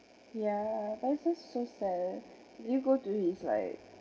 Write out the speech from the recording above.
yeah that is just so sad did you go to his like